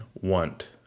want